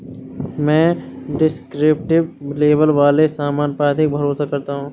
मैं descriptive label वाले सामान पर अधिक भरोसा करता हूं